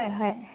হয় হয়